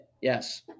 yes